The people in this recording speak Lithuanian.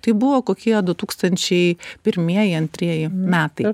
tai buvo kokie du tūkstančiai pirmieji antrieji metai